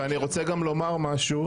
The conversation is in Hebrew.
ואני רוצה גם לומר משהו,